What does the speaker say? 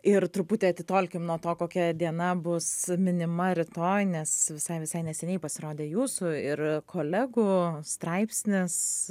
ir truputį atitolkim nuo to kokia diena bus minima rytoj nes visai visai neseniai pasirodė jūsų ir kolegų straipsnis